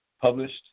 Published